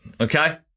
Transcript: okay